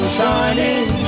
shining